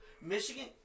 Michigan